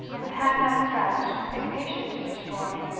with hand outstretched, impatient to destroy,